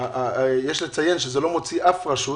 יש לציין שזה לא מוציא אף רשות